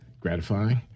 gratifying